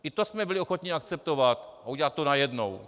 I to jsme byli ochotni akceptovat a udělat to najednou.